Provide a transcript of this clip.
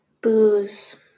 Booze